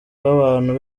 rw’abantu